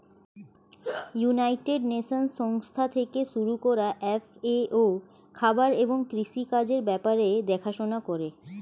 United Nations সংস্থা থেকে শুরু করা এফ.এ.ও খাবার এবং কৃষি কাজের ব্যাপার দেখাশোনা করে